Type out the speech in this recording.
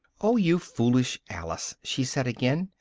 oh, you foolish alice! she said again,